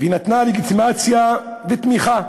ונתנה לגיטימציה ותמיכה